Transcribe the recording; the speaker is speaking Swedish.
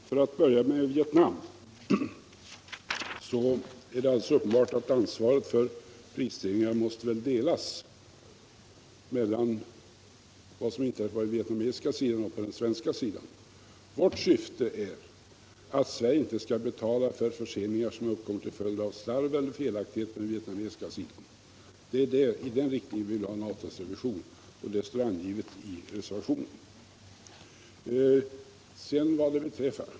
Herr talman! För att börja med Vietnam är det alldeles uppenbart att ansvaret för prisstegringarna måste delas med hänsyn till vad som inträffade på den vietnamesiska sidan och på den svenska sidan. Vårt syfte är att Sverige inte skall betala för förseningar som har uppkommit till följd av slarv eller felaktigheter på den vietnamesiska sidan. Det är i den riktningen vi vill ha en avtalsrevision, och det står angivet i reservationcen.